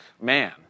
man